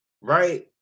right